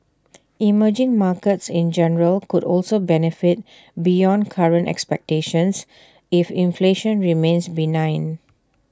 emerging markets in general could also benefit beyond current expectations if inflation remains benign